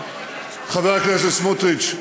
חבר הכנסת סמוטריץ,